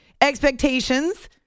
expectations